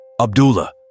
Abdullah